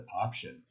option